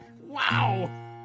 Wow